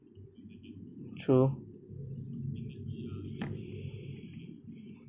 true